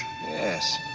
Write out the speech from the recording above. Yes